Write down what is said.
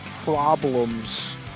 problems